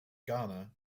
ghana